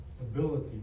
ability